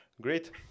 Great